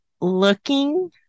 looking